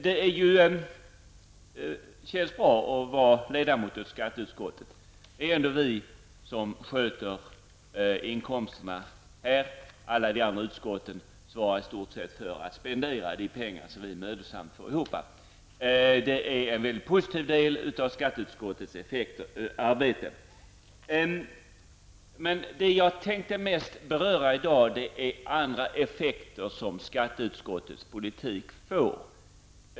Det känns bra att vara ledamot i skatteutskottet, för det är ändå vi som ser till att vi får inkomster. Alla de andra utskotten svarar i stort sett för att spendera de pengar som vi mödosamt har fått ihop. Det är en positiv del av skatteutskottets arbete. Det jag mest tänkte beröra i dag är andra effekter som skatteutskottets politik får.